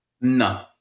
No